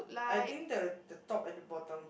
I think the the top and the bottom